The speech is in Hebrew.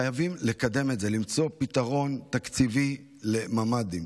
חייבים לקדם את זה ולמצוא פתרון תקציבי לממ"דים.